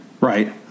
Right